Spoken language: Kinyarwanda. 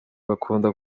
bakunda